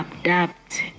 adapt